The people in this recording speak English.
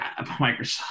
Microsoft